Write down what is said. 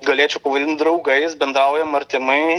galėčiau pavadint draugais bendraujam artimai